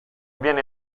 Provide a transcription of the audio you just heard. viene